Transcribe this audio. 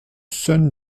sun